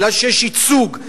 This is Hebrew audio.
מכיוון שיש ייצוג,